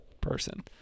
person